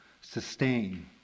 sustain